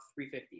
350